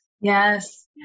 Yes